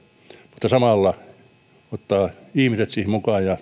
mutta samalla ottaa ihmiset siihen mukaan ja